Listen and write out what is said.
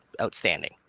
outstanding